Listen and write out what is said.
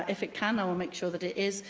ah if it can, i will make sure that it is.